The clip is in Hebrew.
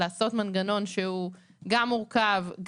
לעשות מנגנון שהוא גם מורכב,